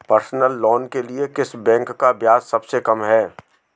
Personal loan के लिए किस बैंक का ब्याज सबसे कम है?